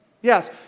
Yes